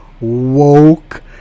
woke